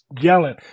yelling